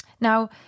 Now